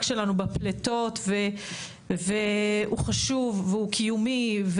שלנו בפליטות הוא חשוב והוא קיומי.